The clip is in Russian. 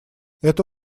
это